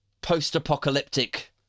post-apocalyptic